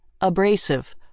abrasive